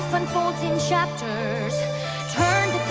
unfolds in chapters turn